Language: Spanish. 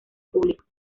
públicos